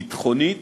ביטחונית